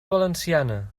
valenciana